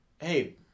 hey